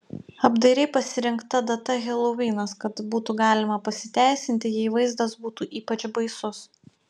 apdairiai pasirinkta data helovinas kad būtų galima pasiteisinti jei vaizdas būtų ypač baisus